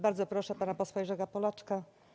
Bardzo proszę pana posła Jerzego Polaczka.